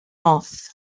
off